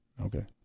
Okay